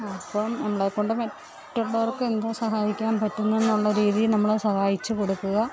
അപ്പം നമ്മളെ കൊണ്ട് മറ്റുള്ളവർക്ക് എന്ത് സഹായിക്കാൻ പറ്റുനു എന്നുള്ള രീതിയിൽ നമ്മൾ സഹായിച്ചു കൊടുക്കുക